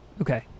Okay